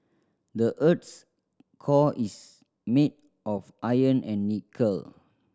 the earth's core is made of iron and nickel